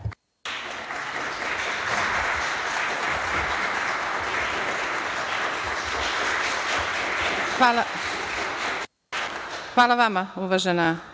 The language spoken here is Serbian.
Hvala vama, uvažena